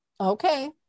Okay